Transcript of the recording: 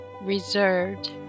reserved